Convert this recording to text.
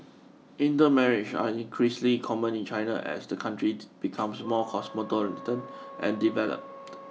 intermarriage are increasingly common in China as the country becomes more cosmopolitan and developed